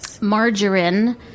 margarine